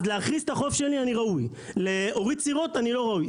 אז להכריז את החוף שלי אני ראוי; להוריד סירות אני לא ראוי.